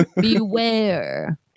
beware